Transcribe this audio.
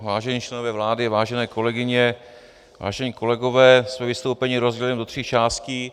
Vážení členové vlády, vážené kolegyně, vážení kolegové, své vystoupení rozdělím do tří částí.